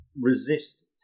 resist